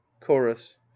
Chorus